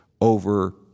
over